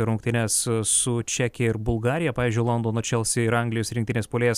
rungtynes su čekija ir bulgarija pavyzdžiui londono čelsi ir anglijos rinktinės puolėjas